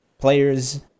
players